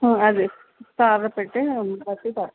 అదే ఆర్డర్ పెట్టి వచ్చి కడ్తాం